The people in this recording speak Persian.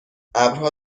ابرها